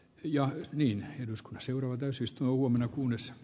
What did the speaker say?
ja jos niihin uskoa seuraa jos istuu omenapuunissä